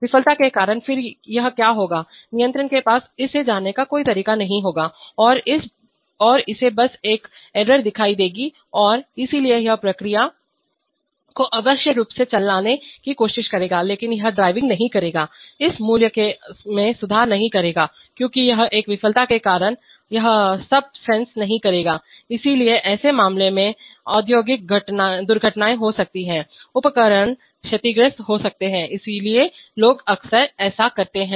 विफलता के कारण फिर यह क्या होगा नियंत्रक के पास इसे जानने का कोई तरीका नहीं होगा और इसे बस एक त्रुटिएरर दिखाई देगी और इसलिए यह प्रक्रिया को अनावश्यक रूप से चलाने की कोशिश करेगा लेकिन यह ड्राइविंग नहीं करेगा इस मूल्य में सुधार नहीं करेगा क्योंकि यह है एक विफलता के कारण यह अब सेंस नहीं करेगा इसलिए ऐसे मामलों में औद्योगिक दुर्घटनाएं हो सकती हैं उपकरण क्षतिग्रस्त हो सकते हैं इसलिए लोग अक्सर ऐसा करते हैं